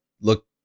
look